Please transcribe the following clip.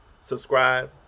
subscribe